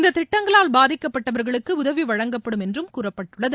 இந்த திட்டங்களால் பாதிக்கப்பட்டவருக்கு உதவி வழங்கப்படும் என்றும் கூறப்பட்டுள்ளது